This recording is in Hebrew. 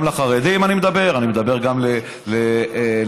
גם על החרדים אני מדבר, גם על כולנו.